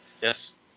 Yes